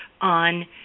on